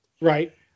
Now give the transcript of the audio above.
Right